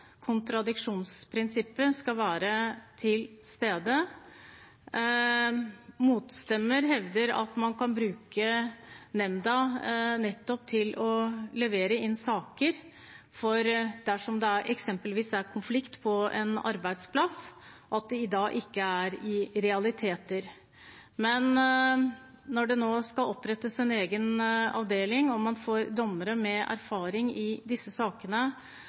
kontradiksjonsprinsippet skal være til stede. Motstandere av ordningen hevder at man kan bruke nemnda til å levere inn saker uten realiteter – dersom det f.eks. skulle være en konflikt på en arbeidsplass. Men når det nå skal opprettes en egen avdeling og man får dommere med erfaring i disse sakene,